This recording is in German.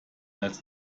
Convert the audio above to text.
als